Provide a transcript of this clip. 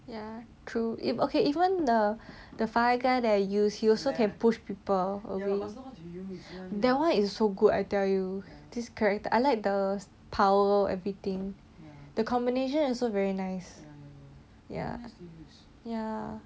ya true if okay if even the the fire guy that I use he also can push people away that one is so good I tell you this character I like the power everything the combination also very nice ya ya